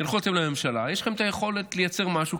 תלכו אתם לממשלה, יש לכם את היכולת לייצר משהו,